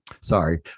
Sorry